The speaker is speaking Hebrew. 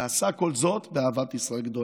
ועשה כל זאת באהבת ישראל גדולה.